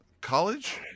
college